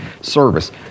service